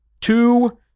Two